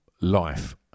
life